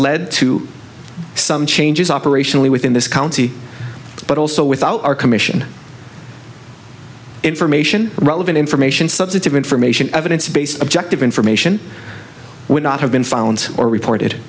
led to some changes operationally within this county but also with all our commission information relevant information substantive information evidence based objective information would not have been found or report